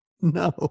No